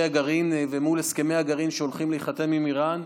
הגרעין ומול הסכמי הגרעין שהולכים להיחתם עם איראן.